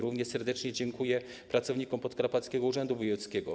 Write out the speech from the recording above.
Również serdecznie dziękuję pracownikom Podkarpackiego Urzędu Wojewódzkiego.